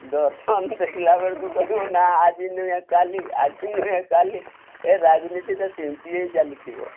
ଦର୍ଶନ ଦେଖିଲା ବେଳକୁ କହିବ ନା ଆଜି ନୁହେଁ କାଲି ଆଜି ନୁହେଁ କାଲି ଏ ରାଜନୀତିଟା ସେ ନୀତିରେ ଚାଲିଥିବ